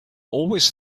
always